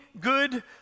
good